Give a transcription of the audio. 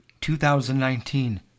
2019